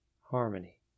Harmony